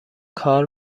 کار